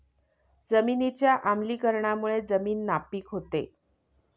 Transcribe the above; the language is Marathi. जमिनीच्या आम्लीकरणामुळे जमीन नापीक होते